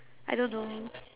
I don't know